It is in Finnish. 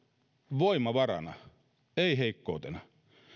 voimavarana ei heikkoutena